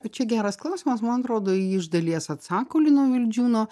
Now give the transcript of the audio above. bet čia geras klausimas man atrodo į jį iš dalies atsako lino vildžiūno